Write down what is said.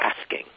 asking